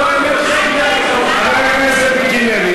חבר הכנסת מיקי לוי,